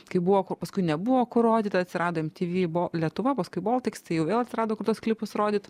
kaip buvo ko paskui nebuvo kur rodyt atsirado mtv bo lietuva paskui boltiks tai jau vėl atsirado kur tuos klipus rodyt